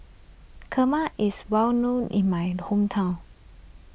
Kheema is well known in my hometown